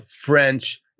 French